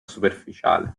superficiale